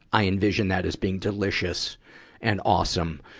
i envision that as being delicious and awesome.